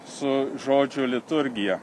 su žodžio liturgija